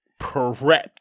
Prepped